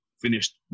finished